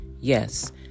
Yes